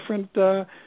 different